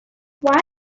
why